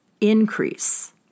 increase